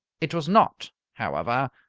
it was not, however,